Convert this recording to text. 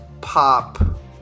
pop